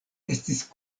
estis